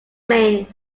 main